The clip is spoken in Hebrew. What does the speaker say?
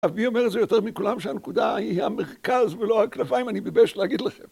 אני אומר את זה יותר מכולם שהנקודה היא המרכז ולא הכנפיים, אני מתבייש להגיד לכם.